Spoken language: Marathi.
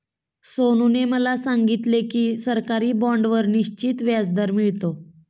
सोनूने मला सांगितले की सरकारी बाँडवर निश्चित व्याजदर मिळतो